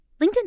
LinkedIn